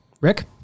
Rick